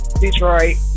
Detroit